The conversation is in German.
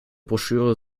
broschüre